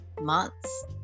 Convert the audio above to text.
months